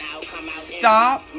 stop